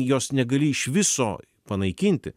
jos negali iš viso panaikinti